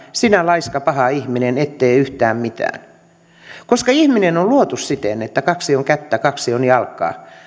sinä laiska paha ihminen et tee yhtään mitään ihminen on luotu siten että kaksi on kättä kaksi on jalkaa